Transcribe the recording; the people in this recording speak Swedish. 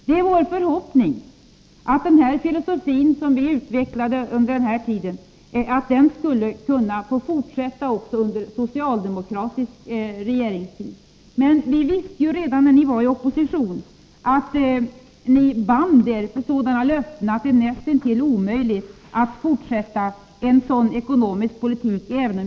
Det är vår förhoppning att den filosofi som vi utvecklade under den här tiden får fortsätta under den socialdemokratiska regeringen. Men vi visste ju redan när ni befann er i oppositionsställning att ni band er vid sådana löften att det var näst intill omöjligt att fortsätta den planerade ekonomiska politiken.